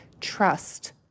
trust